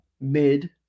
mid